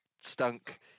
stunk